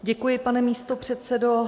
Děkuji, pane místopředsedo.